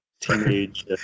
teenage